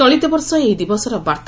ଚଳିତବର୍ଷ ଏହି ଦିବସର ବାର୍ଉ